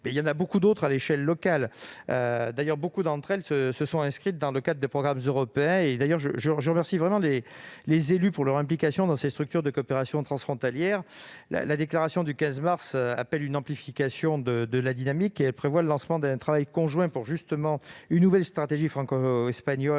Il y en a beaucoup d'autres à l'échelle locale ; nombre d'entre elles s'inscrivent dans le cadre de programmes européens. D'ailleurs, je remercie vivement les élus de leur implication dans ces structures de coopération transfrontalière. La déclaration du 15 mars appelle une amplification de la dynamique et prévoit le lancement d'un travail conjoint pour une nouvelle stratégie franco-espagnole